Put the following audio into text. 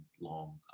long